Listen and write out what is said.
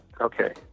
Okay